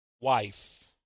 wife